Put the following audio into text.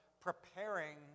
preparing